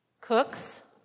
Cooks